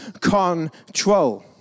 control